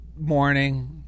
morning